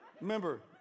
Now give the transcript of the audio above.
Remember